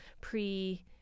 pre